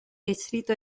distrito